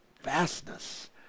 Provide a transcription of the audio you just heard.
vastness